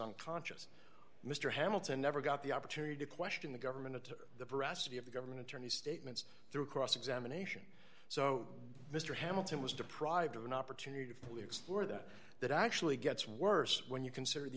unconscious mr hamilton never got the opportunity to question the government or the veracity of the government attorney statements through cross examination so mr hamilton was deprived of an opportunity to explore that that actually gets worse when you consider the